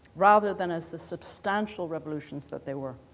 rather than as the substantial revolutions that they were.